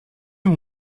mon